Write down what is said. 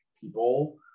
people